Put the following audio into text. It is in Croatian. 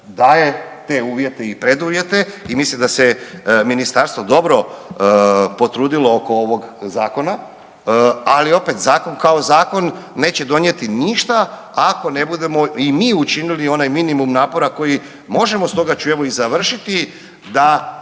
daje te uvjete i preduvjete i mislim da se ministarstvo dobro potrudilo oko ovog zakona. Ali opet zakon kao zakon neće donijeti ništa ako ne budemo i mi učinili onaj minimum napora koji možemo, stoga ću evo i završiti da